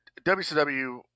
WCW